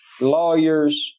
Lawyers